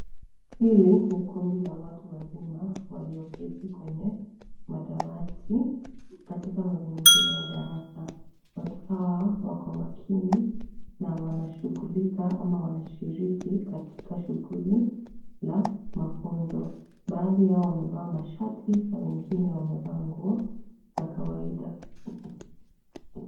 Hili ni kundi la watu wazima walioketi kwenye madawati katika mazingira ya darasa. Wako makini na wanashughulika ama wanashiriki katika shughuli la mafunzo. Baadhi yao wamevaa mashati na wengine wamevaa nguo za kawaida.